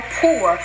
poor